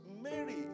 Mary